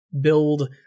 build